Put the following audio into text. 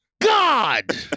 God